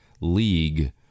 league